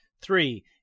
Three